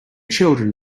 children